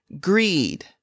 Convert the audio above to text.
greed